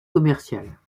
commerciales